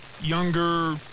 younger –